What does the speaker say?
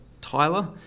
Tyler